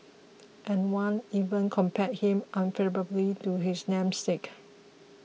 and one even compared him unfavourably to his namesake